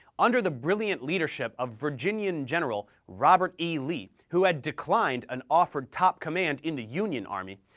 under the brilliant leadership of virginian general robert e. lee, who had declined an offered top command in the union army,